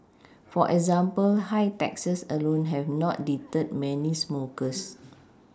for example high taxes alone have not deterred many smokers